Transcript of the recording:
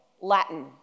Latin